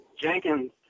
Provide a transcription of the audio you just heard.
Jenkins